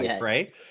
right